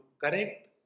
correct